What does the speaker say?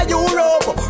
Europe